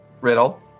riddle